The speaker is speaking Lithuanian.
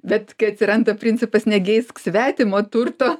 bet kai atsiranda principas negeisk svetimo turto